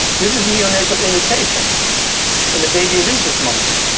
this is neonatal imitation in a baby rhesus monkey.